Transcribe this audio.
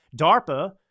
DARPA